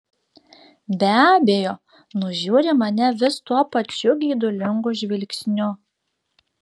be abejo nužiūri mane vis tuo pačiu geidulingu žvilgsniu